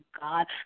God